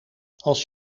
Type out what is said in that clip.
als